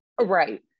right